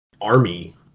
army